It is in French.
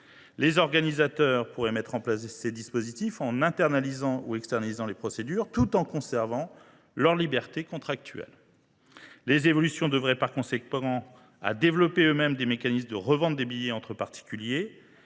Les organisateurs pourraient mettre en place ces dispositifs, en internalisant ou en externalisant les procédures, tout en conservant leur liberté contractuelle. Les évolutions devraient, par conséquent, les amener à développer eux mêmes des mécanismes de revente des billets entre particuliers.